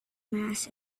mass